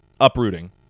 uprooting